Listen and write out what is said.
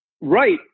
right